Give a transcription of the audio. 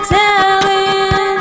telling